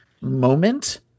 moment